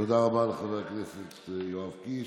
תודה רבה לחבר הכנסת יואב קיש.